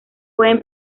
pueden